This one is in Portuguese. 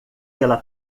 pela